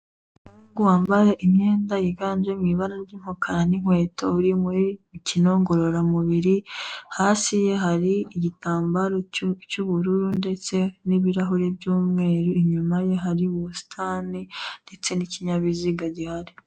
Umuhungu wambaye imyenda yiganje mu ibara ry'umukara n'inkweto, uri mu mikino ngororamubiri, hasi ye hari igitambaro cy'ubururu ndetse n'ibirahuri by'umweru, inyuma ye hari ubusitani ndetse n'ikinyabiziga gihari.